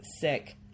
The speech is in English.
sick